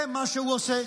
זה מה שהוא עושה,